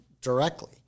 directly